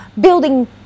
building